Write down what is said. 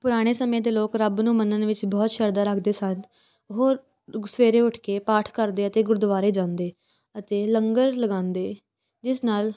ਪੁਰਾਣੇ ਸਮੇਂ ਦੇ ਲੋਕ ਰੱਬ ਨੂੰ ਮੰਨਣ ਵਿੱਚ ਬਹੁਤ ਸ਼ਰਧਾ ਰੱਖਦੇ ਸਨ ਉਹ ਸਵੇਰੇ ਉੱਠ ਕੇ ਪਾਠ ਕਰਦੇ ਅਤੇ ਗੁਰਦੁਆਰੇ ਜਾਂਦੇ ਅਤੇ ਲੰਗਰ ਲਗਾਉਂਦੇ ਜਿਸ ਨਾਲ